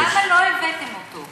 למה לא הבאתם אותו?